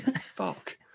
Fuck